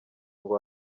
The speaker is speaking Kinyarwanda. ngo